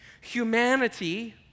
Humanity